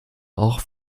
auch